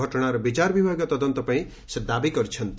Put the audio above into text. ଘଟଶାର ବିଚାର ବିଭାଗୀୟ ତଦନ୍ତ ପାଇଁ ସେ ଦାବି କରିଛନ୍ତି